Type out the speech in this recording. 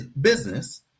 business